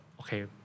okay